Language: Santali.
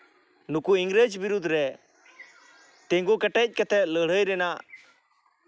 ᱱᱩᱠᱩ ᱤᱝᱨᱮᱡᱽ ᱵᱤᱨᱩᱫᱽ ᱨᱮ ᱛᱤᱸᱜᱩ ᱠᱮᱴᱮᱡ ᱠᱟᱛᱮ ᱞᱟᱹᱲᱦᱟᱹᱭ ᱨᱮᱱᱟᱜ